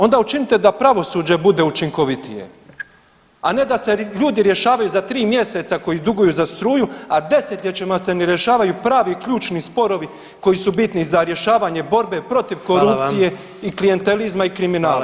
Onda učinite da pravosuđe bude učinkovitije, a ne da se ljudi rješavaju za 3 mjeseca koji duguju za struju, a desetljećima se ne rješavaju pravi ključni sporovi koji su biti za rješavanje borbe protiv korupcije [[Upadica: Hvala vam.]] i klijentelizma i kriminala.